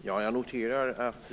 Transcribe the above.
Fru talman! Jag noterar att